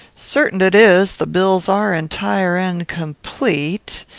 certain it is, the bills are entire and complete,